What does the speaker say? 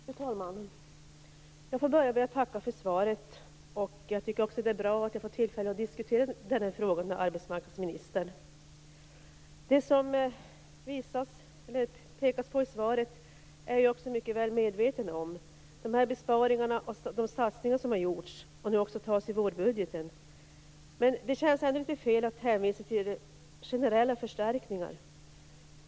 Fru talman! Jag får börja med att tacka för svaret. Jag tycker också att det är bra att jag får tillfälle att diskutera den här frågan med arbetsmarknadsministern. Jag är också mycket väl medveten om det som det pekas på i svaret, de besparingar och de satsningar som har gjorts och som man nu också fattar beslut om i vårbudgeten. Men det känns ändå fel att hänvisa till generella förstärkningar.